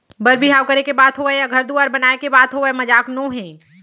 बर बिहाव करे के बात होवय या घर दुवार बनाए के बात होवय मजाक नोहे